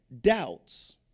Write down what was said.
doubts